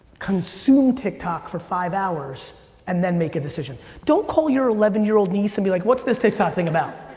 consume tiktok for five hours and then make a decision. don't call your eleven year old niece and be like, what's this tiktok thing about?